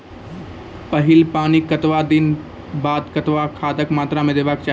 पहिल पानिक कतबा दिनऽक बाद कतबा खादक मात्रा देबाक चाही?